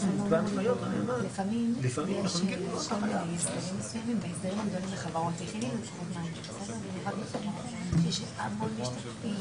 לגבי סעיף קטן (א) אין בעיה להשאיר את הנוסח,